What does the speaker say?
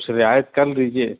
کچھ رعایت کر دیجیے